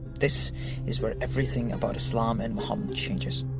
this is where everything about islam and muhammad changes.